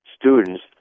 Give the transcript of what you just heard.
students